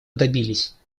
добились